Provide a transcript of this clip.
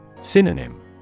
Synonym